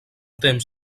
temps